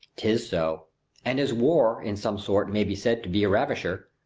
tis so and as war in some sort, may be said to be a ravisher,